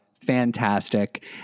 fantastic